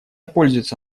пользуется